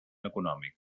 econòmic